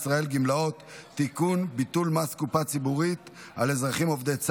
מישראל על ידי מסתנן או נתין זר או עבורו,